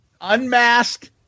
Unmasked